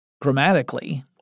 grammatically